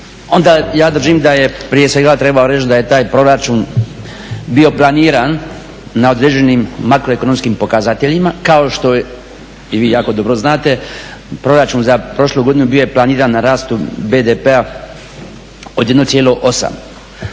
onda ja držim da je prije svega trebao reći da je taj proračun bio planiran na određenim makroekonomskim pokazateljima kao što i vi jako dobro znate, proračun za prošlu godinu bio je planiran na rasu BDP-a od 1,8.